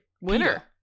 winner